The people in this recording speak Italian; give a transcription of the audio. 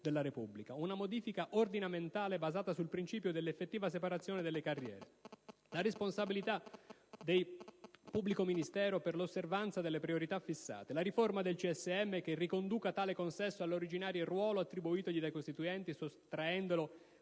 della Repubblica; una modifica ordinamentale basata sul principio dell'effettiva separazione delle carriere; la responsabilizzazione del pubblico ministero per l'osservanza delle priorità fissate; una riforma del CSM che riconduca tale consesso all'originario ruolo attribuitogli dai Costituenti, sottraendolo